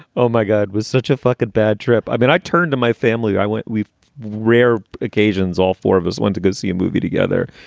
oh, my god. was such a fucking bad trip. i mean, i turned to my family. i went, we've rare occasions. all four of us went to go see a movie together.